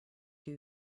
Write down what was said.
too